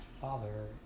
father